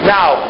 now